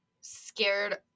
scared